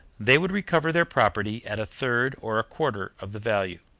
they would recover their property at a third or a quarter of the value.